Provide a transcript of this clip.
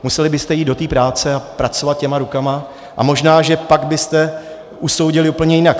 Museli byste jít do té práce a pracovat těma rukama a možná, že pak byste usoudili úplně jinak.